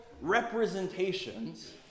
representations